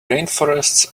rainforests